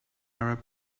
arab